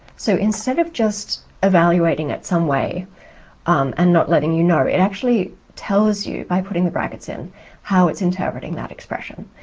so instead of just evaluating it some way um and not letting you know, it actually tells you by putting the brackets in how it's interpreting that expression.